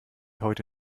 heute